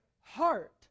heart